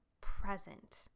present